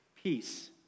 Peace